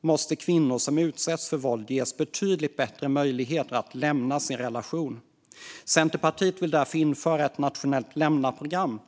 måste kvinnor som utsätts för våld ges betydligt bättre möjligheter att lämna sin relation. Centerpartiet vill därför införa ett nationellt lämnaprogram.